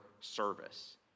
service